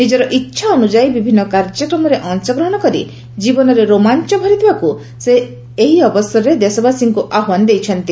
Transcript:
ନିଜର ଇଚ୍ଛା ଅନୁଯାୟୀ ବିଭିନ୍ନ କାର୍ଯ୍ୟକ୍ରମରେ ଅଂଶଗ୍ରହଣ କରି ଜୀବନରେ ରୋମାଞ୍ଚ ଭରିଦେବାକୁ ସେ ଏହି ଅବସରରେ ଦେଶବାସୀଙ୍କୁ ଆହ୍ୱାନ ଦେଇଛନ୍ତି